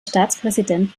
staatspräsident